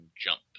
jump